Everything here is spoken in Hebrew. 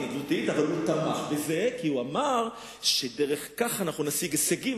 אבל הוא תמך בזה כי הוא אמר שדרך זה אנחנו נשיג הישגים,